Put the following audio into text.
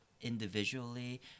individually